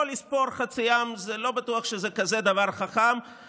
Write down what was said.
לא לספור חצי עם, לא בטוח שזה דבר חכם כל כך.